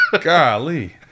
golly